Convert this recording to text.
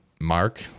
mark